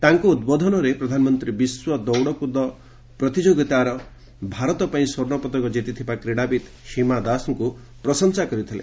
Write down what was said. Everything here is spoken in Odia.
ତାଙ୍କ ଉଦ୍ବୋଧନରେ ପ୍ରଧାନମନ୍ତ୍ରୀ ବିଶ୍ୱ ଦୌଡକୁଦ ପ୍ରତିଯୋଗିତରେ ଭାରତ ପାଇଁ ସ୍ୱର୍ଷ୍ଣ ପଦକ ଜିତିଥିବା କ୍ରୀଡାବିତ୍ ହିମା ଦାସଙ୍କୁ ପ୍ରଶଂସା କରିଥିଲେ